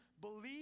believe